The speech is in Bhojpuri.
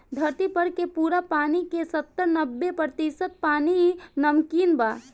धरती पर के पूरा पानी के सत्तानबे प्रतिशत पानी नमकीन बा